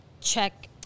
check